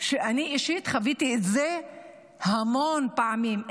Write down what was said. שאני אישית חוויתי את זה המון פעמים,